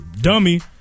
dummy